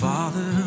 Father